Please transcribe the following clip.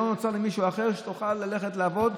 לא מישהו אחר תוכל ללכת לעבוד,